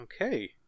Okay